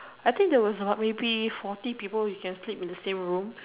I think there was like maybe forty people you can sleep in the same room